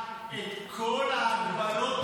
בחקיקה את כל ההגבלות על יבוא טואלטיקה.